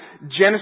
Genesis